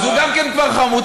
אז הוא גם כן כבר חמוץ,